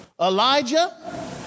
Elijah